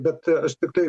bet aš tiktai